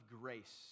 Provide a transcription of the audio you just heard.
grace